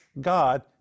God